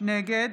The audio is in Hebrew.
נגד